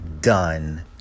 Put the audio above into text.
done